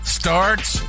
starts